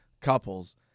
couples